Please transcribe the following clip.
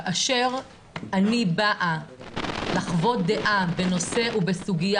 כאשר אני באה לחוות דעה בנושא ובסוגיה